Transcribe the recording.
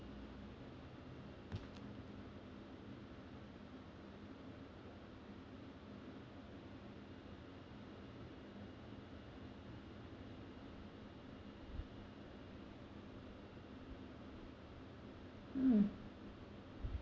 mm